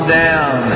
down